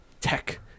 tech